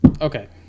Okay